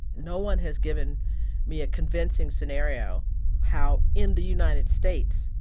no one has given me a convincing scenario how, in the united states,